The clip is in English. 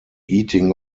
heating